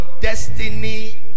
destiny